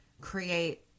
create